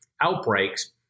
outbreaks